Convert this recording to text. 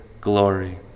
glory